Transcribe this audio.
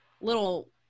little